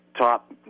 top